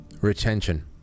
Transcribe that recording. Retention